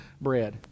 bread